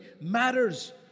matters